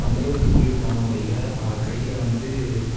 அந்தளவுக்கு குளிர் தாங்க முடியல நாங்கள் கையில் வந்து